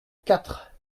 quatre